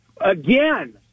again